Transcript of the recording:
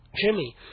Jimmy